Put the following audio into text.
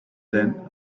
then